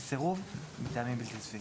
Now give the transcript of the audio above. כסירוב מטעמים בלתי סבירים.